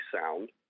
sound